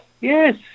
Yes